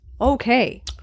okay